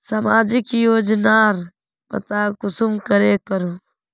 सामाजिक योजनार पता कुंसम करे करूम?